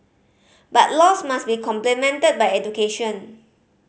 but laws must be complemented by education